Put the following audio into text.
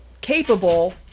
capable